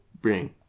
bring